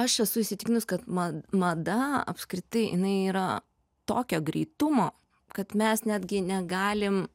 aš esu įsitikinus kad mad mada apskritai jinai yra tokio greitumo kad mes netgi negalim